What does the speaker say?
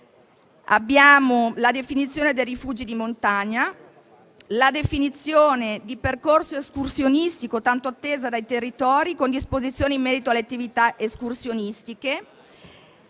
Abbiamo la definizione dei rifugi di montagna e la definizione di percorso escursionistico tanto attesa dai territori, con disposizioni in merito alle attività escursionistiche.